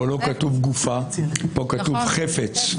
כאן לא כתוב גופה אלא כתוב חפץ,